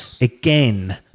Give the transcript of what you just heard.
again